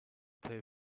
tay